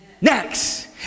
Next